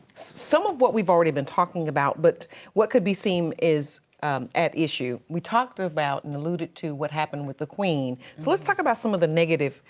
some of what we've already been talking about but what could be seen is at issue. we talked about and alluded to what happened with the queen. so let's talk about some of the negative,